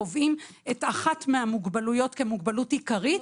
קובעים את אחת המוגבלויות כמוגבלות עיקרית,